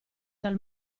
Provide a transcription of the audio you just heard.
tal